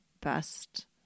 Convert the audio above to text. best